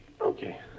Okay